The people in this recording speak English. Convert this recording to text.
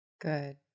Good